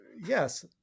yes